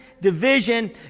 division